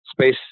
Space